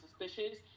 suspicious